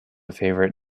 favourite